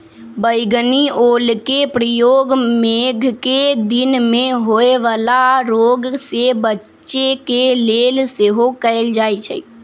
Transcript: बइगनि ओलके प्रयोग मेघकें दिन में होय वला रोग से बच्चे के लेल सेहो कएल जाइ छइ